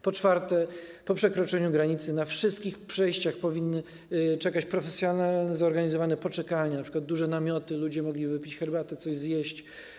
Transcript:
Po czwarte, po przekroczeniu granicy na wszystkich przejściach powinny czekać profesjonalne, zorganizowane poczekalnie, np. duże namioty, by ludzie mogli wypić herbatę, coś zjeść.